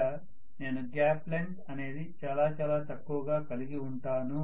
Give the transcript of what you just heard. ఇక్కడ నేను gap length అనేది చాలా చాలా తక్కువ గా కలిగి ఉంటాను